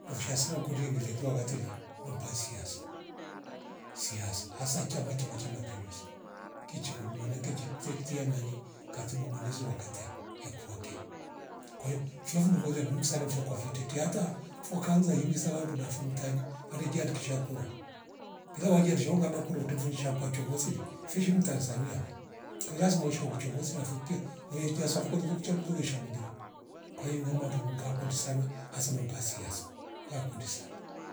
Nevisha sira ukundi ndile kizawatire wampa siasa, siasa hasa chama chama cha mapinduzi kiche kuumana ngechi tetia nani katuba manezi wakate ya kurwa ke kwaio fyovu ndungolia muhumi mfoyo kwa viteta hata fo kaanziye mi savandura fo mtaini kwari jiandikisha kura pia wajiarisha ukaba kurutemvu sha chiongozi le fishi mtanzania vo kwa hio lazima ushike uchunguzi navepia veitia swafo kurilili lu changu weishaguliwa kwaingem watanga kundi sana hasa mambo ya siasa ngakundi sa